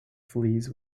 flees